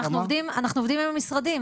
אנחנו עובדים עם המשרדים.